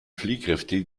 fliehkräfte